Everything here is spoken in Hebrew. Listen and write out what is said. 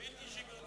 בלתי שגרתי.